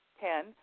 Ten